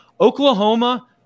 Oklahoma